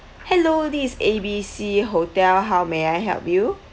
hello this is A B C hotel how may I help you